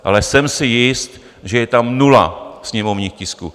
Ale jsem si jist, že je tam nula sněmovních tisků.